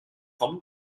con